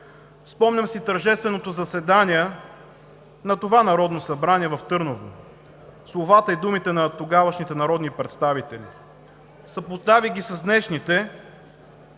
Спомням си тържественото заседание на това Народно събрание в Търново, словата и думите на тогавашните народни представители. Съпоставих ги с днешните,